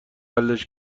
حلش